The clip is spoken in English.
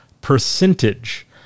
percentage